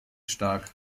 stark